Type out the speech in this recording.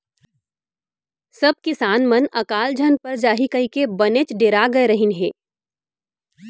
सब किसान मन अकाल झन पर जाही कइके बनेच डेरा गय रहिन हें